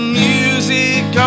music